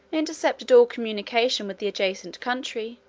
intercepted all communication with the adjacent country,